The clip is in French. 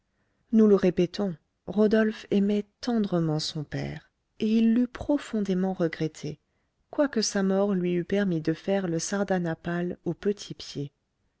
nous le répétons rodolphe aimait tendrement son père et il l'eût profondément regretté quoique sa mort lui eût permis de faire le sardanapale au petit pied